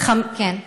כן.